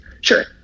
sure